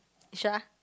you sure ah